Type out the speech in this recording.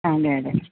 അതെ അതെ